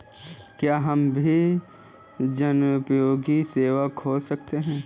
क्या हम भी जनोपयोगी सेवा खोल सकते हैं?